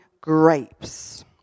grapes